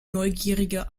neugierige